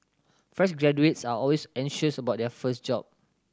fresh graduates are always anxious about their first job